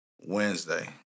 Wednesday